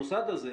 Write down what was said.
המוסד הזה,